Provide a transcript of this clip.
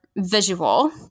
Visual